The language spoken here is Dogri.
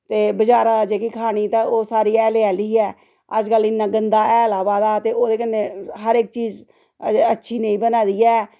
ते बजारा जेह्की खानी तां ओह् सारी हैले आह्ली ऐ अज्जकल इ'न्ना गन्दा हैल आवै दा ते ओह्दे कन्नै हर इक चीज अच्छी नेईं बना दी ऐ